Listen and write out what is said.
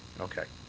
okay.